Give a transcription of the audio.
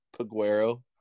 paguero